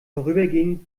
vorübergehend